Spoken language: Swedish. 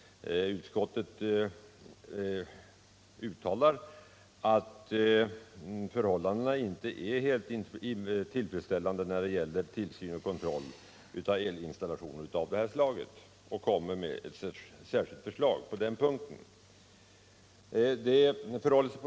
Utskottet uttalar att förhållandena inte är helt tillfredsställande när det gäller tillsyn och kontroll av elinstallationer av det här slaget och lägger fram ett särskilt förslag på den punkten.